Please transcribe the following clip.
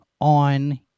on